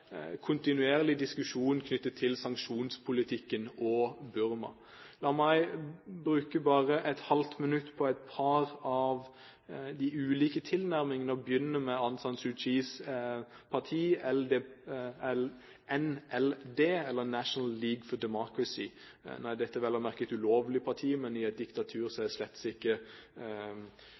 kontinuerlig diskusjon knyttet til sanksjonspolitikken og Burma. La meg bruke et halvt minutt på et par av de ulike tilnærmingene, og begynne med Aung San Suu Kyis parti NLD, National League for Democracy. Nå er dette vel å merke et ulovlig parti, men i et diktatur er det ganske mye innenfor den demokratiske sfæren som er